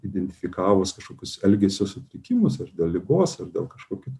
identifikavus kažkokius elgesio sutrikimus ar dėl ligos ar dėl kažkokių